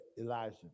Elijah